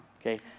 okay